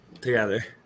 together